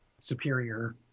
superior